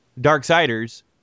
Darksiders